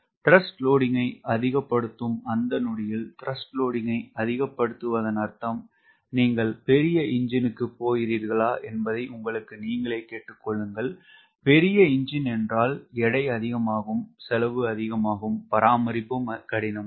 TWஐ அதிகப்படுத்தும் அந்த நொடியில் TWஐ அதிகப்படுத்துவதன் அர்த்தம் நீங்கள் பெரிய என்ஜின் க்கு போகிறீர்களா என்பதை உங்களுக்கு நீங்களே கேட்டு கொள்ளுங்கள் பெரிய என்ஜின் என்றால் எடை அதிகமாகும் செலவு அதிகமாகும் பராமரிப்பும் கடினமாகும்